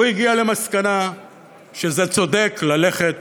הוא הגיע למסקנה שזה צודק ללכת